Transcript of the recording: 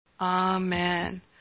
Amen